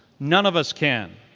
none of us can.